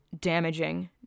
damaging